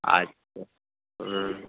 اچھا